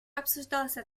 обсуждался